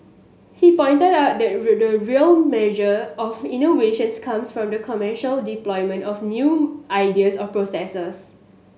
he pointed out that the real measure of innovations comes from the commercial deployment of new ideas or processes